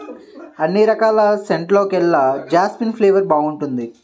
అన్ని రకాల సెంటుల్లోకెల్లా జాస్మిన్ ఫ్లేవర్ బాగుంటుంది